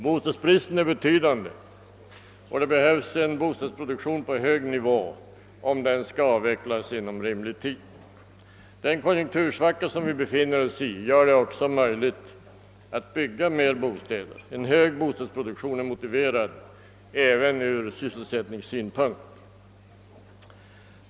Bostadsbristen är betydande, och det behövs en bostadsproduktion på hög nivå om den skall avvecklas inom rimlig tid. Den konjunktursvacka vi befinner oss i gör det också möjligt att bygga fler bostäder. En hög bostadsproduktion är nämligen motiverad även ur sysselsättningssynpunkt.